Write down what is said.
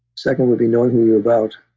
second would be knowing who you're about,